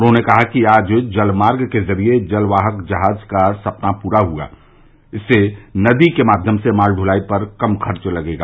उन्होंने कहा कि आज जल मार्ग के जरिये माल वाहक जहाज का सपना पूरा हुआ है इससे नदी के माध्यम से माल दलाई पर कम खर्च लगेगा